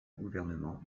gouvernement